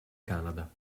canada